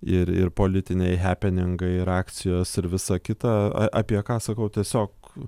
ir ir politiniai hepeningai ir akcijos ir visa kita a apie ką sakau tiesiog